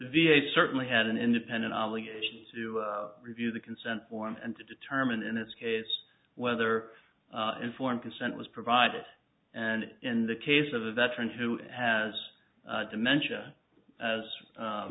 a certainly had an independent obligation to review the consent form and to determine in this case whether informed consent was provided and in the case of a veteran who has dementia as